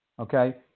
okay